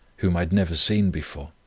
whom i had never seen before.